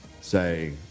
say